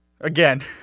Again